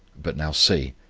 but now see.